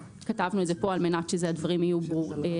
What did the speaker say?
כתבנו את זה כאן על מנת שהדברים יהיו ברורים.